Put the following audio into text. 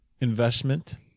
investment